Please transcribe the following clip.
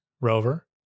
rover